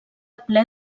ple